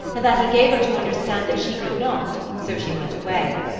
and that he gave her to understand that she could not, so she went away.